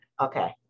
Okay